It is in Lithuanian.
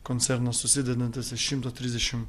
koncernas susidedantis iš šimto trisdešimt